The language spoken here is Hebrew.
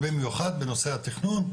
במיוחד בנושא התכנון,